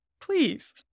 please